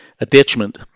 attachment